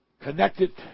connected